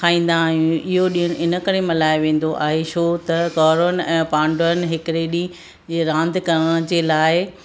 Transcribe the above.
खाईंदा आहियूं इहो ॾिणु इन करे मल्हायो वेंदो आहे छो त कौरवनि ऐं पांडवनि हिकिड़े ॾींहुं ईअं रांदि करण जे लाइ